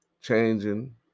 Changing